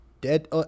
dead